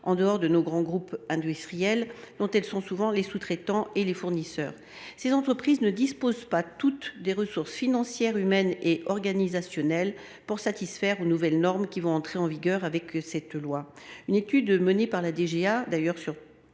aux côtés des grands groupes industriels dont elles sont souvent les sous traitants et les fournisseurs. Ces entreprises ne disposent pas toutes des ressources financières, humaines et organisationnelles pour satisfaire aux nouvelles normes qui vont entrer en vigueur avec cette loi. Une étude menée par la direction